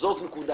הנקודה